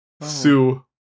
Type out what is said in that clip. Sue